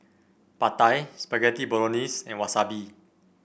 Pad Thai Spaghetti Bolognese and Wasabi